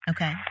Okay